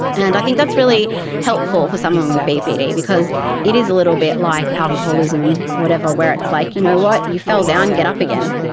and i think that's really helpful for someone with bpd because it is a little bit like alcoholism or whatever where it's like, you know what, you fell down, get up again,